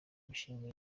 imishinga